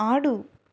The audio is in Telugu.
ఆడు